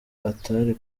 atari